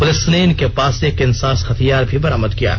police ने इनके पास से एक इंसास हथियार भी बरामद किया है